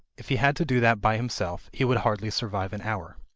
if he had to do that by himself, he would hardly survive an hour.